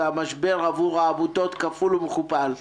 והמשבר עבור העמותות כפול ומכופל.